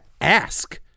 ask